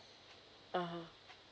(uh huh)